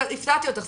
לא הפתעתי אותך,